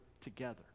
together